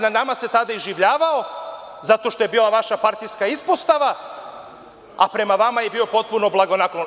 Nad nama se tada iživljavao RRA, zato što je bila vaša partijska ispostava, a prema vama je bio potpuno blagonaklon.